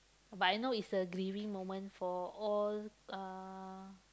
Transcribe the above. but I know is a grieving moment for all uh